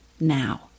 now